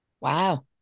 wow